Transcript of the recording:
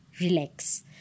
relax